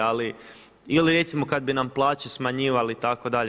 Ali ili recimo kad bi nam plaće smanjivali itd.